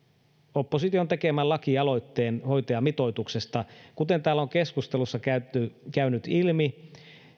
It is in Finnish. opposition tekemän lakialoitteen hoitajamitoituksesta kuten täällä on keskustelussa käynyt käynyt ilmi